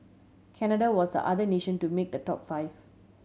Canada was the other nation to make the top five